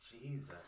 Jesus